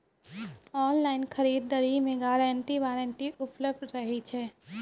Online खरीद दरी मे गारंटी वारंटी उपलब्ध रहे छै?